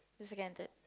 the second and third